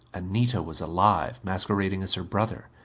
anita was alive. masquerading as her brother.